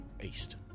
east